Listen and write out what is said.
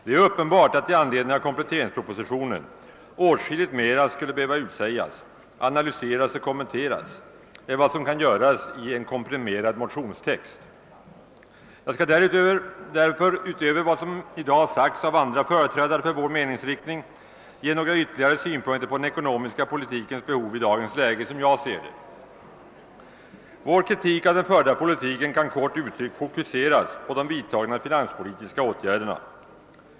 Det är uppenbart att i anledning av kompletteringspropositionen åtskilligt mera skulle behöva utsägas, analyseras och kommenteras än vad som kan göras i en komprimerad motionstext. Jag skall därför utöver vad som i dag anförts av andra företrädare för vår meningsriktning ge några ytterligare synpunkter på den ekonomiska politikens behov i dagens läge som jag ser det. Vår kritik av den förda politiken kan kort uttryckt fokuseras på de vidtagna finanspolitiska åtgärderna.